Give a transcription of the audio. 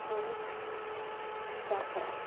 त्वरित उपचार करावे